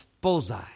bullseye